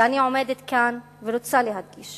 ואני עומדת כאן ורוצה להדגיש